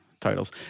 titles